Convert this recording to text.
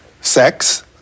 sex